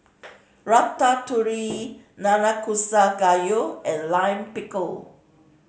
Ratatouille Nanakusa Gayu and Lime Pickle